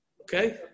Okay